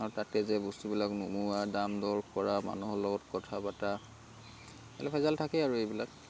আৰু তাতে যায় বস্তুবিলাক নমোৱা দাম দৰ কৰা মানুহৰ লগত কথা পাতা এইবিলাক ভেজাল থাকেই আৰু এইবিলাক